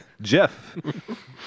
Jeff